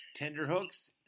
Tenderhooks